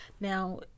Now